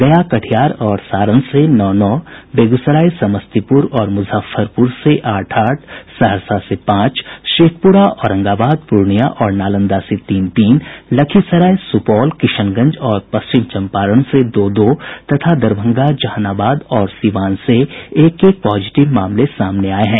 गया कटिहार और सारण से नौ नौ बेगूसराय समस्तीपुर और मुजफ्फरपुर से आठ आठ सहरसा से पांच शेखपुरा औरंगाबाद पूर्णियां और नालंदा से तीन तीन लखीसराय सुपौल किशनगंज और पश्चिम चम्पारण से दो दो तथा दरभंगा जहानाबाद और सीवान से एक एक पॉजिटिव मामले सामने आये हैं